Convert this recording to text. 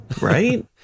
right